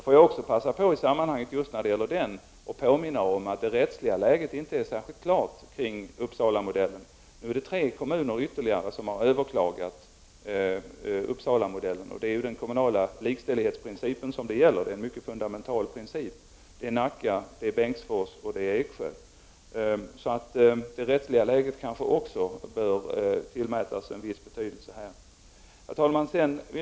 Får jag i det här sammanhanget passa på att påminna om att det rättsliga läget inte är särskilt klart kring Uppsalamodellen. Nu har tre kommuner ytterligare överklagat Uppsalamodellen. Det är den kommunala likställighetsprincipen det gäller. Det är en mycket fundamental princip. Det är Nacka, Bengtsfors och Eksjö som har överklagat. Det rättsliga läget kanske också bör tillmätas en viss betydelse. Herr talman!